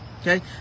Okay